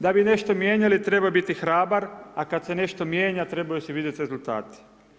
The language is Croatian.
Da bi nešto mijenjali treba biti hrabar, a kad se nešto mijenja, trebaju se vidjeti rezultati.